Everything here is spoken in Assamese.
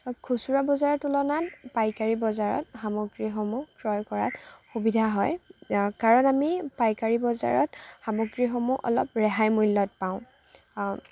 খুচুৰা বজাৰৰ তুলনাত পাইকাৰী বজাৰত সামগ্ৰীসমূহ ক্ৰয় কৰাত সুবিধা হয় কাৰণ আমি পাইকাৰী বজাৰত সামগ্ৰীসমূহ আমি ৰেহাই মূল্যত পাওঁ